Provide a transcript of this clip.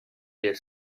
their